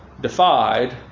defied